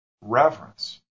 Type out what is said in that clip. reverence